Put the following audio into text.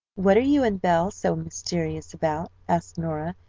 what are you and belle so mysterious about? asked nora,